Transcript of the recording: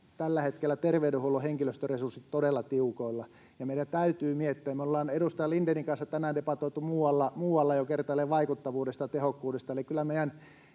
tällä hetkellä terveydenhuollon henkilöstöresurssit todella tiukoilla ja meidän täytyy miettiä. Me ollaan edustaja Lindénin kanssa tänään debatoitu muualla jo kertaalleen vaikuttavuudesta ja tehokkuudesta.